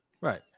Right